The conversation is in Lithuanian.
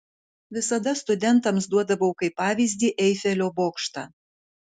visada studentams duodavau kaip pavyzdį eifelio bokštą